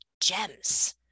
gems